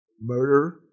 murder